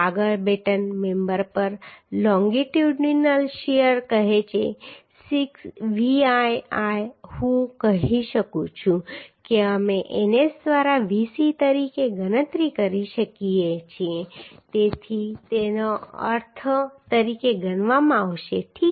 આગળ batten member પર longitudinal shear કહે છે Vl હું કહી શકું છું કે અમે NS દ્વારા VC તરીકે ગણતરી કરી શકીએ તે અર્થ તરીકે ગણવામાં આવશે ઠીક છે